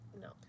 no